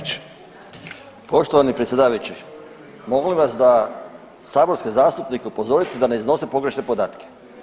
Poštovani predsjedavajući molim vas da saborske zastupnike upozorite da ne iznose pogrešne podatke.